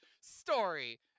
story